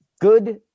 Good